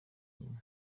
nyina